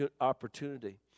opportunity